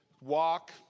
walk